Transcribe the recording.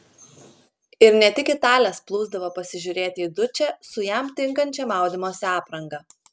ir ne tik italės plūsdavo pasižiūrėti į dučę su jam tinkančia maudymosi apranga